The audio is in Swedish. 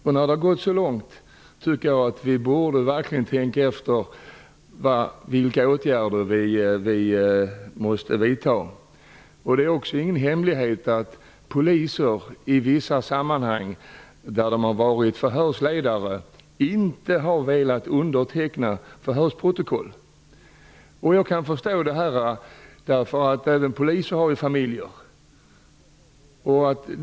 Eftersom det har gått så långt borde vi verkligen tänka efter vilka åtgärder som måste vidtas. Det är inte heller någon hemlighet att poliser i vissa sammanhang, då de har varit förhörsledare, inte har velat underteckna förhörsprotokollet. Jag kan förstå det. Även poliser har familjer.